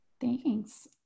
Thanks